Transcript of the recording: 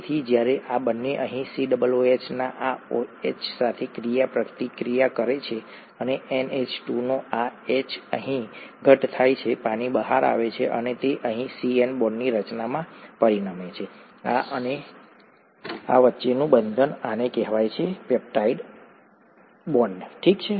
તેથી જ્યારે આ બંને અહીં COOH ના આ OH સાથે ક્રિયાપ્રતિક્રિયા કરે છે અને NH2 નો આ H અહીં ઘટ્ટ થાય છે પાણી બહાર આવે છે અને તે અહીં CN બોન્ડની રચનામાં પરિણમે છે આ અને આ વચ્ચેનું બંધન આને કહેવાય છે પેપ્ટાઇડ બોન્ડ ઠીક છે